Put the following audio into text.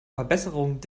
verbesserung